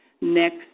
next